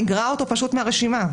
אגרע אותו פשוט מהרשימה.